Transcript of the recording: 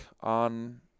on